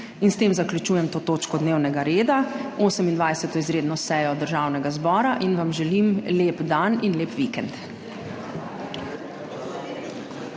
In s tem zaključujem to točko dnevnega reda, 28. izredno sejo Državnega zbora in vam želim lep dan in lep vikend.